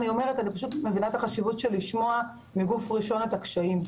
כי אני מבינה את החשיבות של לשמוע מגוף ראשון את הקשיים.